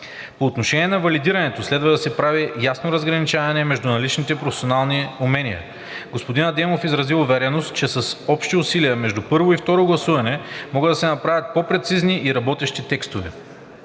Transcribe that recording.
По отношение на валидирането – следва да се прави ясно разграничаване между наличните професионални умения. Господин Адемов изрази увереност, че с общи усилия между първо и второ гласуване могат да се направят по-прецизни и работещи текстове.